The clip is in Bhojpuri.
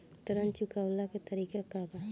ऋण चुकव्ला के तरीका का बा?